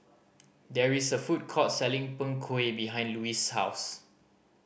there is a food court selling Png Kueh behind Louise's house